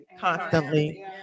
constantly